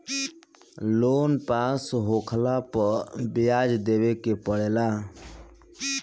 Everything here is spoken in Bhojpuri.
लोन पास होखला पअ बियाज देवे के पड़ेला